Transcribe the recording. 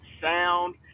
sound